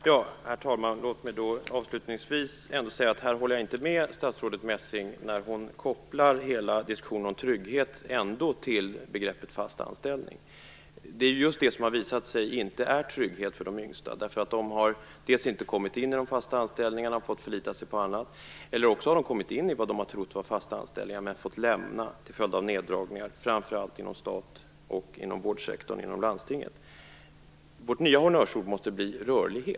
Herr talman! Låt mig avslutningsvis säga att jag inte håller med statsrådet Messing när hon kopplar hela diskussionen om trygghet till begreppet fast anställning. Det har inte visat sig vara någon trygghet för de yngsta. Antingen har de inte kommit in i de fasta anställningarna utan fått förlita sig på annat, eller så har de kommit in i något som de trott vara fasta anställningar men fått lämna dem till följd av neddragningar, framför allt inom staten och inom landstingens vårdsektor. Vårt nya honnörsord måste bli rörlighet.